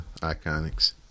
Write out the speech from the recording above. iconics